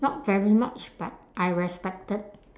not very much but I respected